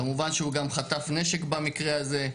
כמובן שהוא גם חטף נשק במקרה הזה.